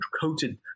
coated